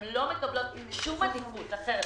הן לא מקבלות שום עדיפות אחרת,